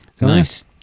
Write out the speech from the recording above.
Nice